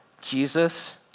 Jesus